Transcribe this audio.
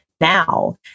now